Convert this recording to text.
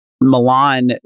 Milan